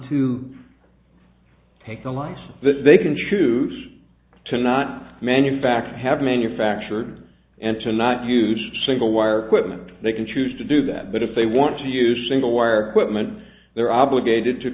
to take the line that they can choose to not manufacture have manufactured and to not use a single wire quitman they can choose to do that but if they want to use single wire equipment they're obligated to